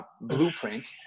blueprint